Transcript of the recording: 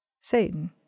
Satan